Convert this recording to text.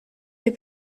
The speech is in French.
des